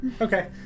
Okay